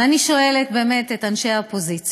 אני שואלת, באמת, את אנשי האופוזיציה: